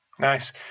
Nice